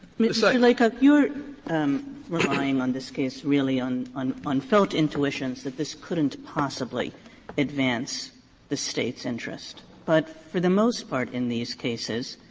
mr. laycock, you're um relying on this case really on on on felt intuitions that this couldn't possibly advance the state's interest. but for the most part in these cases,